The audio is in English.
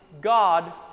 God